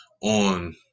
on